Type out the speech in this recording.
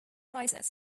crisis